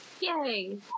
Yay